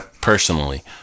Personally